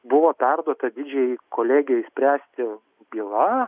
buvo perduota didžiajai kolegijai spręsti byla